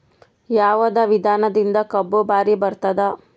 ಯಾವದ ವಿಧಾನದಿಂದ ಕಬ್ಬು ಭಾರಿ ಬರತ್ತಾದ?